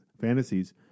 fantasies